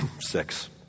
six